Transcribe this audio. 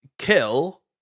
kill